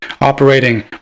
operating